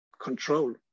control